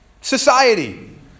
society